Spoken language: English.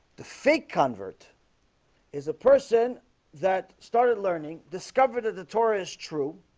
the fake convert is a person that started learning discover that the torah is true